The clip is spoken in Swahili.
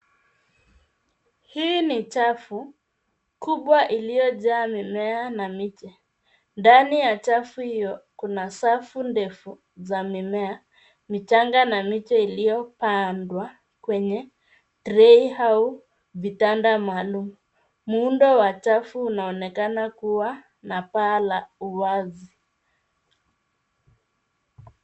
Hii ni chafu kubwa iliyojaa mimea na miti. Ndani ya chafu hiyo, kuna safu ndefu za mimea michanga na miche iliyopandwa kwenye trei au vitanda maalum. Muundo wa chafu unaonekana kuwa na paa la uwazi.